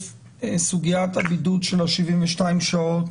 סוגיית הבידוד של ה-72 שעות